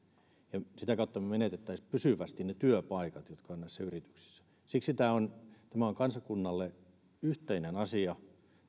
niin sitä kautta me menettäisimme pysyvästi ne työpaikat jotka ovat näissä yrityksissä siksi tämä on tämä on kansakunnalle yhteinen asia